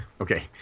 okay